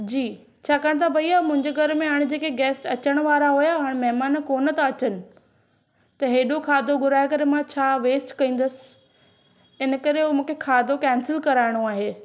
जी छाकाणि त भइया मुंहिंजे घर में हाणे जेके गेस्ट अचणु वारा हुआ हाणे महिमान कोन था अचनि त हेॾो खाधो घुराए करे मां छा वेस्ट कंदसि इन करे उहो मूंखे खाधो कैंसल कराइणो आहे